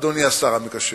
אדוני השר המקשר?